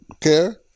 care